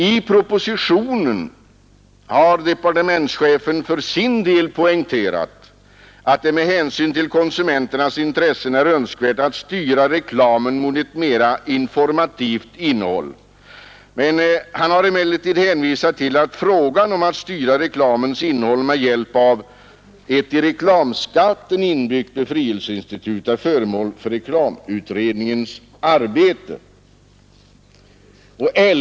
I propositionen har departementschefen för sin del poängterat att det med hänsyn till konsumenternas intressen är önskvärt att styra reklamen mot ett mer informativt innehåll. Han har emellertid hänvisat till att frågan om att styra reklamens innehåll med hjälp av ett i reklamskatten inbyggt befrielseinstitut är föremål för reklamutredningens arbete.